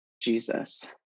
Jesus